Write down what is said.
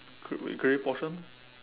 grey grey portion